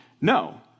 No